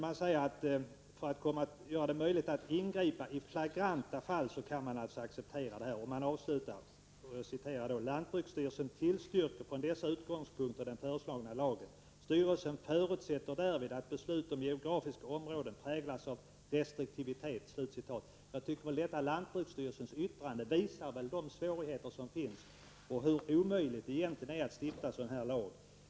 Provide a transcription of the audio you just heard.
Vidare sägs det att man, för att göra det möjligt att gripa in i flagranta fall, kan acceptera föreslagna åtgärder. Avslutningsvis säger man följande: ”Lantbruksstyrelsen tillstyrker från dessa utgångspunkter den föreslagna lagen. Styrelsen förutsätter därvid att beslut om geografiska områden präglas av restriktivitet.” Detta yttrande från lantbruksstyrelsen visar vilka svårigheter som finns och hur omöjligt det egentligen är att stifta lagar på det här området.